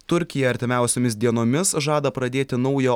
turkija artimiausiomis dienomis žada pradėti naują